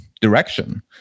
direction